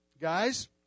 Guys